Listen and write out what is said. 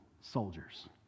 soldiers